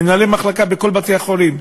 מנהלי מחלקות בכל בתי-החולים,